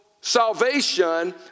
salvation